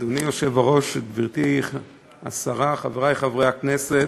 אדוני היושב-ראש, גברתי השרה, חברי חברי הכנסת,